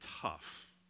tough